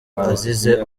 azize